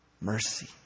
Mercy